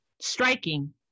Striking